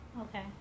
Okay